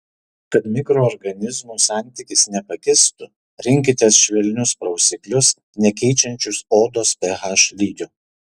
kad mikroorganizmų santykis nepakistų rinkitės švelnius prausiklius nekeičiančius odos ph lygio